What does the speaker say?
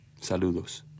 Saludos